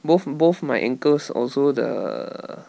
both both my ankles also the